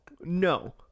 No